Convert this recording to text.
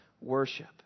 worship